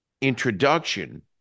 introduction